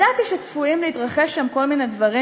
ידעתי שצפויים להתרחש שם כל מיני דברים